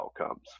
outcomes